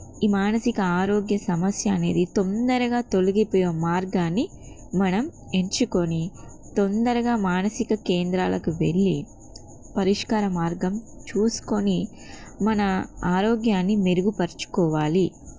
ఈ మానసిక ఆరోగ్య సమస్య అనేది తొందరగా తొలగిపోయే మార్గాన్ని మనం ఎంచుకొని తొందరగా మానసిక కేంద్రాలకు వెళ్ళి పరిష్కార మార్గం చూసుకొని మన ఆరోగ్యాన్ని మెరుగుపరుచుకోవాలి